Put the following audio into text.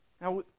Now